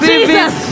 Jesus